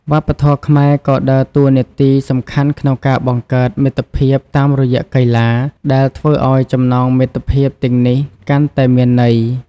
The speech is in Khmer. វប្បធម៌ខ្មែរក៏ដើរតួនាទីសំខាន់ក្នុងការបង្កើតមិត្តភាពតាមរយៈកីឡា ដែលធ្វើឲ្យចំណងមិត្តភាពទាំងនេះកាន់តែមានន័យ។